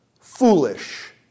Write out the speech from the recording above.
foolish